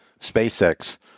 SpaceX